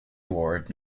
award